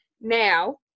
now